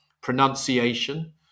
pronunciation